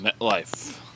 MetLife